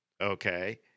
okay